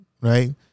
right